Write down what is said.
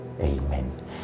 Amen